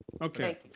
Okay